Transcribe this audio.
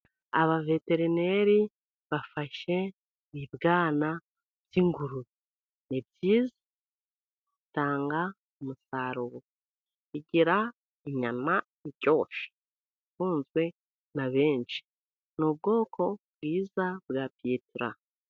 Abaveterineri bafashe ibyana by'ingurube, ni byiza, bitanga umusaruro, bigira inyama iryoshye ikunzwe na benshi, ni ubwoko bwiza bwa piyetira.